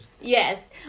Yes